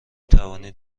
توانید